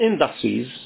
industries